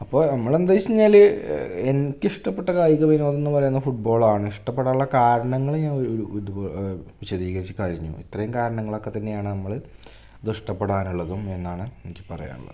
അപ്പം നമ്മളെന്തോയ്ച്ചഴിഞ്ഞാൽ എനിക്കിഷ്ടപ്പെട്ട കായികവിനോദമെന്നു പറയുന്ന ഫുട്ബോളാണ് ഇഷ്ടപ്പെടാനുള്ള കാരണങ്ങൾ ഞാന് വി വിട്പോ വിശദീകരിച്ച് കഴിഞ്ഞു ഇത്രയും കാരണങ്ങളൊക്കെ തന്നെയാണ് നമ്മൾ ഇതിഷ്ടപ്പെടാനുള്ളതും എന്നാണ് എനിക്ക് പറയാനുള്ളത്